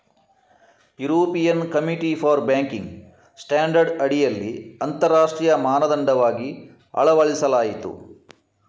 European committee for banking standard ಅಡಿಯಲ್ಲಿ ಅಂತರರಾಷ್ಟ್ರೀಯ ಮಾನದಂಡವಾಗಿ ಅಳವಡಿಸಲಾಯಿತು